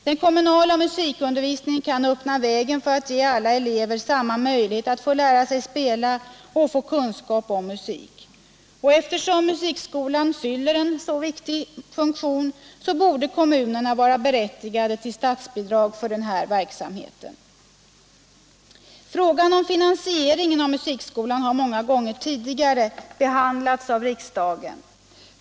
Den kommunala musikundervisningen kan öppna vägen för att ge alla elever samma möjlighet att lära sig spela och få kunskap om musik. Eftersom musikskolan fyller en så viktig funktion, borde kommunerna vara berättigade till statsbidrag för den verksamheten. Frågan om finansieringen av musikskolan har många gånger tidigare behandlats av riksdagen.